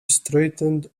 straightened